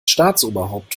staatsoberhaupt